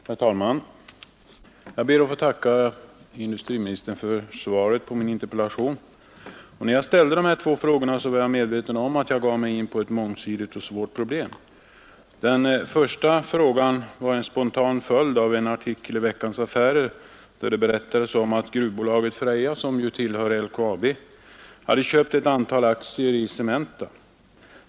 Herr talman! Jag ber att få tacka industriministern för svaret på min interpellation. När jag ställde de två frågorna var jag medveten om att jag gav mig in på ett mångsidigt och svårt problem. Den första frågan var en spontan följd av en artikel i Veckans Affärer, där det berättades om att gruvbolaget Freja, som ju tillhör LKAB, hade köpt ett antal aktier i Cementa.